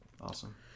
Awesome